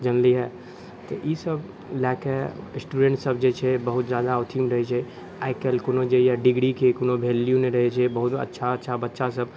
जानलिए तऽ ईसब लऽ कऽ स्टूडेन्टसब जे छै बहुत ज्यादा अथीमे रहै छै आइ काल्हि कोनो जे छै डिग्रीके वैल्यू नहि रहै छै बहुत अच्छा अच्छा बच्चासब